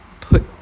put